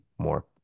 more